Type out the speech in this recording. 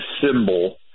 symbol